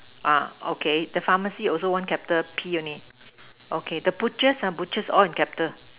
uh okay the pharmacy also one capital P only okay the butchers ah butchers all in capital